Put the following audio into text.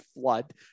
flood